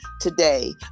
Today